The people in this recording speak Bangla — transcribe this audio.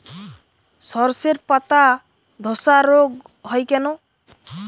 শর্ষের পাতাধসা রোগ হয় কেন?